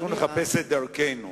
צריך לחפש את דרכנו.